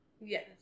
yes